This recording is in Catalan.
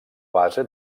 base